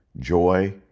joy